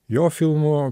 jo filmų